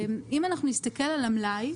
אם אנחנו נסתכל על המלאי,